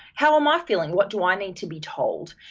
how am i feeling, what do i need to be told.